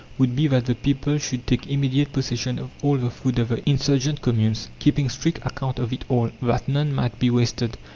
would be that the people should take immediate possession of all the food of the insurgent communes, keeping strict account of it all, that none might be wasted,